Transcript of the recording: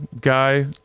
guy